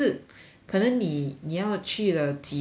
可能你你要去了几次